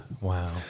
Wow